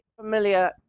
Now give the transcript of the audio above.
familiar